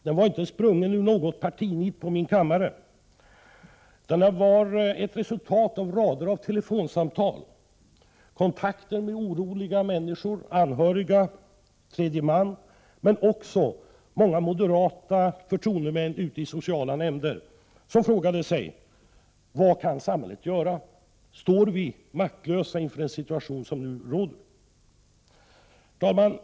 Den var inte sprungen ur något partinit på min kammare, utan den var ett resultat av rader av telefonsamtal, kontakter med oroliga människor, anhöriga och tredje man, men också många moderata förtroendemän ute i sociala nämnder som frågat sig: Vad kan samhället göra? Står vi maktlösa inför den situation som nu råder? Herr talman!